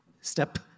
step